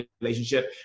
relationship